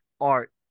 Art